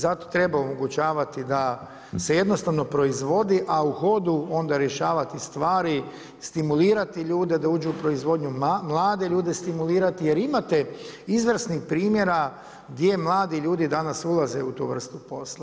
Zato treba omogućavati da se jednostavno proizvodi a u hodu onda rješavati stvari, stimulirati ljude da uđu u proizvodnju, mlade ljude stimulirati jer imate izvrsnih primjera gdje mladi ljudi danas ulaze u tu vrstu posla.